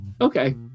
okay